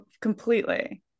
completely